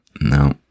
No